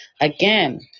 Again